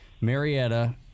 Marietta